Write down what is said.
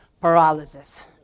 paralysis